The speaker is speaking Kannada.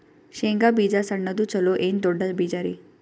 ಶೇಂಗಾ ಬೀಜ ಸಣ್ಣದು ಚಲೋ ಏನ್ ದೊಡ್ಡ ಬೀಜರಿ?